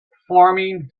forming